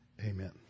Amen